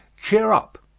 cheer up.